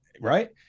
Right